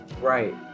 Right